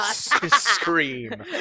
Scream